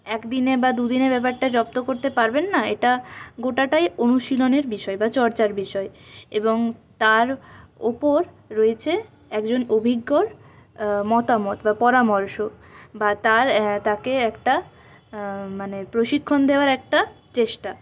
একদিনে বা দুদিনে ব্যাপারটা রপ্ত করতে পারবেন না এটা গোটাটাই অনুশীলনের বিষয় বা চর্চার বিষয় এবং তার ওপর রয়েছে একজন অভিজ্ঞর মতামত বা পরামর্শ বা তার তাকে একটা মানে প্রশিক্ষণ দেওয়ার একটা চেষ্টা